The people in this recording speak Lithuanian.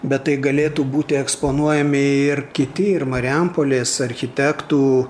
bet tai galėtų būti eksponuojami ir kiti ir marijampolės architektų